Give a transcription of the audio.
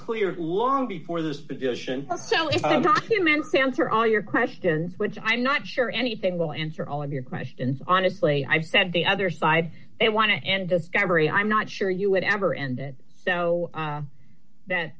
clear long before this position was so immense answer all your questions which i'm not sure anything will answer all of your questions honestly i said the other side i want to and discovery i'm not sure you would ever end it so that